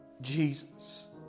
Jesus